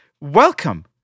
Welcome